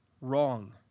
wrong